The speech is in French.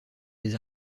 les